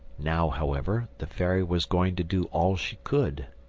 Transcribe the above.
now, however, the fairy was going to do all she could.